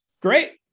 Great